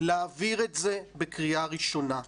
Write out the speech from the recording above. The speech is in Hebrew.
להעביר את זה בקריאה ראשונה,